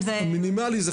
חמישה זה מינימלי.